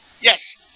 yes